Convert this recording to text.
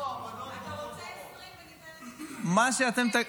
20 דקות?